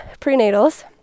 prenatals